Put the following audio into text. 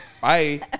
bye